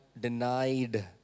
denied